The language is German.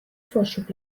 vorschub